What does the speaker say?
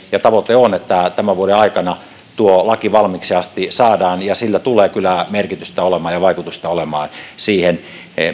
ja se on tavoite tämän vuoden aikana tuo laki valmiiksi asti saadaan ja sillä tulee kyllä merkitystä ja vaikutusta olemaan siihen